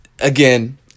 again